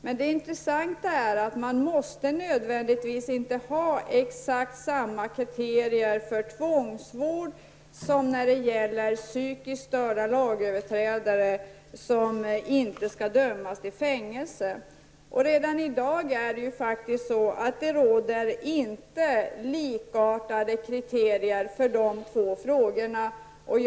Men det intressanta är att man inte nödvändigtvis måste ha exakt samma kriterier för tvångsvård som för psykiskt störda lagöverträdare som inte skall dömas till fängelse. Redan i dag är kriterierna inte likartade för dessa båda kategorier.